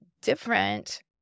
different